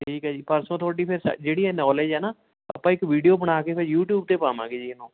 ਠੀਕ ਹੈ ਜੀ ਪਰਸੋਂ ਤੁਹਾਡੀ ਫਿਰ ਸ ਜਿਹੜੀ ਇਹ ਨੌਲੇਜ ਹੈ ਨਾ ਆਪਾਂ ਇੱਕ ਵੀਡਿਓ ਬਣਾ ਕੇ ਫਿਰ ਯੂਟਿਊਬ 'ਤੇ ਪਾਵਾਂਗੇ ਜੀ ਇਹਨੂੰ